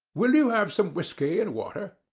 will you have some whiskey and water?